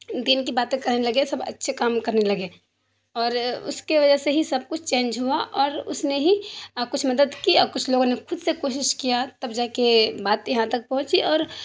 دین کی باتیں کہنے لگے سب اچھے کام کرنے لگے اور اس کے وجہ سے ہی سب کچھ چینج ہوا اور اس نے ہی کچھ مدد کی اور کچھ لوگوں نے کھد سے کوشش کیا تب جا کے بات یہاں تک پہنچی اور